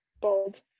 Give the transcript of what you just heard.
bold